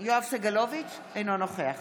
סגלוביץ' אינו נוכח